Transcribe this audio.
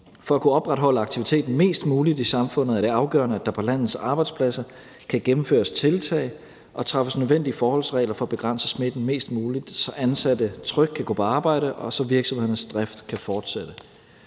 For at kunne opretholde aktiviteten i samfundet mest muligt er det afgørende, at der på landets arbejdspladser kan gennemføres tiltag og træffes nødvendige forholdsregler for at begrænse smitten mest muligt, så ansatte trygt kan gå på arbejde, og så virksomhedernes drift kan fortsætte.